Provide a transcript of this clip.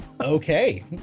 Okay